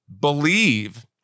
believe